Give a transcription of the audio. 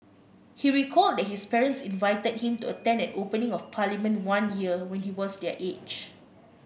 he recalled that his parents invited him to attend an opening of Parliament one year when he was their age